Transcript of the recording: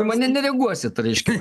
į mane nereaguosit reiškia